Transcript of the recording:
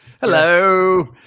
Hello